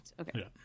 Okay